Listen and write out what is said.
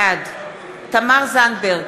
בעד תמר זנדברג,